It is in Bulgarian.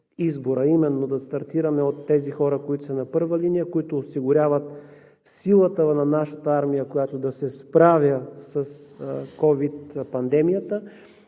именно да стартираме от тези хора, които са на първа линия, които осигуряват силата на нашата армия, която да се справя с ковид пандемията.